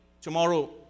Tomorrow